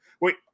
Wait